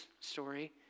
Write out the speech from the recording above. story